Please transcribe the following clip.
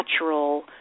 natural